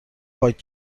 پاک